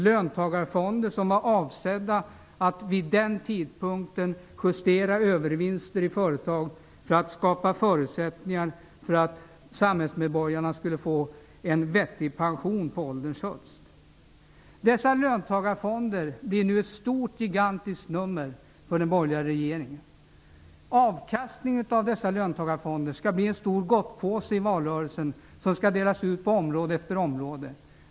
Löntagarfonderna var avsedda att vid den tidpunkten justera övervinster i företag för att skapa förutsättningar för att samhällsmedborgarna skulle få en vettig pension på ålderns höst. Dessa löntagarfonder blir nu ett stort gigantiskt nummer för den borgerliga regeringen. Avkastningen från dessa löntagarfonder skall bli en stor gottpåse i valrörelsen. Den skall delas ut på område efter område.